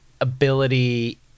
ability